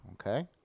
okay